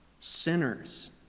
Sinners